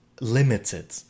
limited